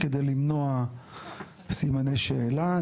כדי למנוע סימני שאלה.